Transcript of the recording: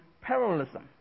parallelism